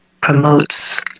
promotes